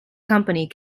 company